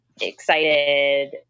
excited